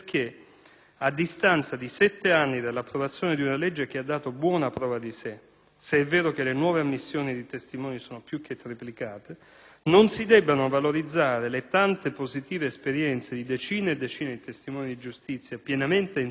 a distanza di sette anni dall'approvazione di una legge che ha dato buona prova di sé (se è vero che le nuove ammissioni di testimoni sono più che triplicate), non si debbano valorizzare le positive esperienze di decine e decine di testimoni di giustizia pienamente inseriti